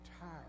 tired